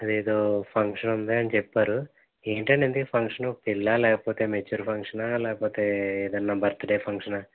అదేదో ఫంక్షన్ ఉంది అని చెప్పారు ఏంటండీ ఇంతకి ఫంక్షను పెళ్ళా లేకపోతే మెచ్చూర్ ఫంక్షనా లేకపోతే ఏదన్న బర్త్డే ఫంక్షనా